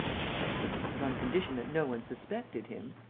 certainly, but on condition that no one suspected him.